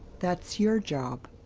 that's your job.